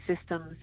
systems